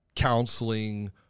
counseling